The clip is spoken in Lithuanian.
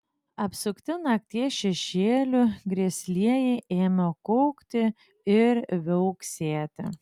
apsupti nakties šešėlių grėslieji ėmė kaukti ir viauksėti